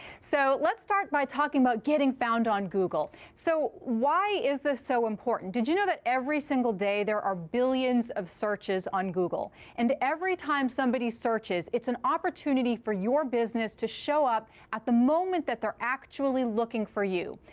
so let's start by talking about getting found on google. so why is this so important? did you know that every single day there are billions of searches on google? and every time somebody searches, it's an opportunity for your business to show up at the moment that they're actually looking for you.